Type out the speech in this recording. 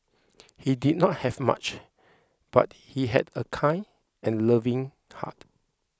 he did not have much but he had a kind and loving heart